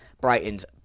Brighton's